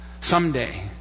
Someday